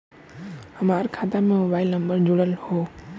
हमार खाता में मोबाइल नम्बर जुड़ल हो?